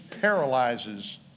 paralyzes